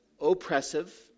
oppressive